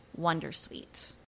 Wondersuite